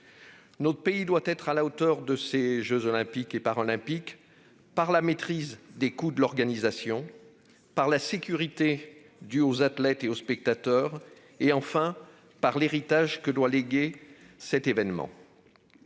Notre pays doit être à la hauteur de ces jeux Olympiques et Paralympiques par la maîtrise des coûts de l'organisation, par la sécurité due aux athlètes et aux spectateurs et, enfin, par l'héritage que doit léguer cet événement.